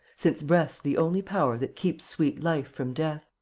since breath's the only power that keeps sweet life from death?